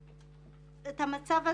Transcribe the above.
האחרונה במצב הזה.